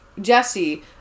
jesse